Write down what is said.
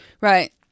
Right